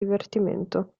divertimento